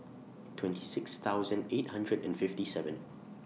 twenty six thousand eight hundred and fifty seven